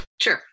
Sure